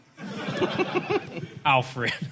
Alfred